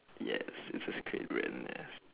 yes it's a skate brand yes